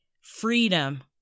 freedom